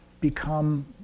become